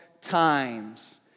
times